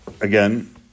again